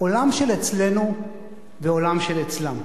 עולם של אצלנו ועולם של אצלם.